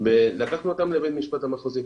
ולקחנו אותם לבית המשפט המחוזי.